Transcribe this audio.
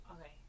okay